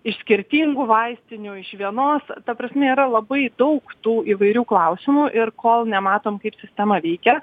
iš skirtingų vaistinių iš vienos ta prasme yra labai daug tų įvairių klausimų ir kol nematom sistema veikia